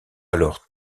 alors